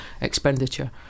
expenditure